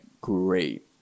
great